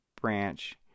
branch